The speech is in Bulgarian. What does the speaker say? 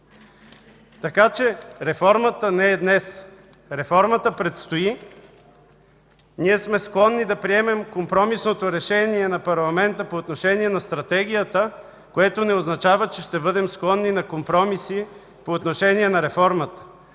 Така че, реформата не е днес. Реформата предстои. Ние сме склонни да приемем компромисното решение на парламента по отношение на Стратегията, което не означава, че ще бъдем склонни на компромиси по отношение на реформата,